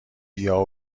بیا